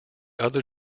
other